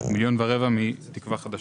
מיליון ורבע מתקווה חדשה.